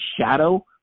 shadow